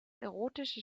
erotische